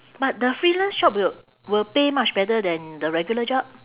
but the freelance shop will will pay much better than the regular job